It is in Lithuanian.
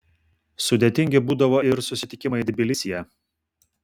sudėtingi būdavo ir susitikimai tbilisyje